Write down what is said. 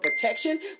protection